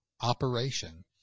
operation